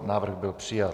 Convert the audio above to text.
Návrh byl přijat.